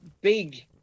big